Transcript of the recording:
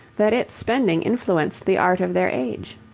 that its spending influenced the art of their age.